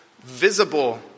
visible